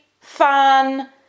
fun